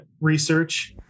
research